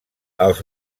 els